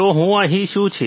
તો અહીં શું છે